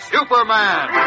Superman